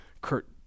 Kurt